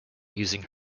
using